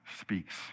speaks